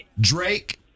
Drake